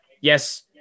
yes